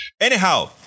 Anyhow